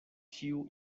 ĉiu